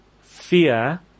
fear